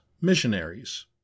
missionaries